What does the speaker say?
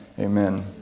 amen